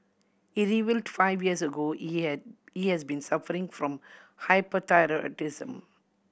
he reveal five years ago he he has been suffering from hyperthyroidism